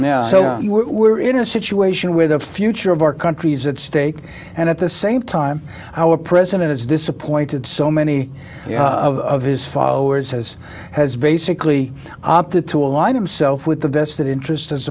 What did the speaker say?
so we're in a situation where the future of our country's at stake and at the same time our president has disappointed so many of his followers has has basically opted to align himself with the vested interest as